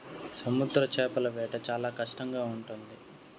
సముద్ర చేపల వేట చాలా కష్టంగా ఉంటుంది